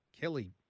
Kelly